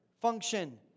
function